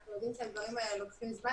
אנחנו יודעים שהדברים האלו לוקחים זמן